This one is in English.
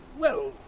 well!